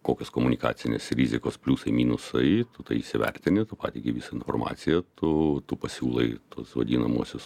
kokios komunikacinis rizikos pliusai minusai tai įsivertini tu pateiki visą informaciją tu tu pasiūlai tuos vadinamuosius